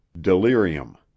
Delirium